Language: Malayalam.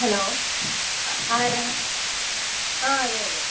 ഹലോ ആരാണ് ആ അതെ അതെ